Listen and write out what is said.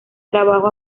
trabajo